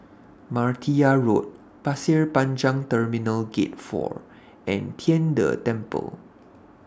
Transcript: Martia Road Pasir Panjang Terminal Gate four and Tian De Temple